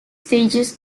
stages